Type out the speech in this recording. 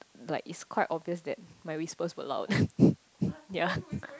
like it's quite obvious that my whispers were loud ya